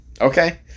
Okay